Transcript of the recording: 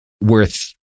worth